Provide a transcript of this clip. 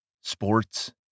sports